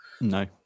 No